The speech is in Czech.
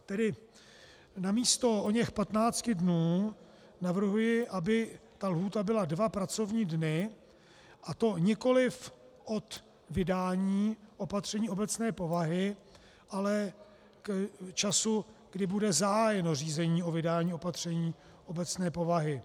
Tedy namísto oněch 15 dnů navrhuji, aby ta lhůta byla dva pracovní dny, a to nikoliv od vydání opatření obecné povahy, ale od času, kdy bude zahájeno řízení o vydání opatření obecné povahy.